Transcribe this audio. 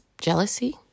jealousy